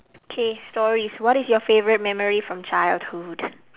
okay stories what is your favorite memory from childhood